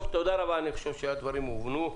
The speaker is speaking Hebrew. תודה רבה, אני חושב שהדברים הובנו.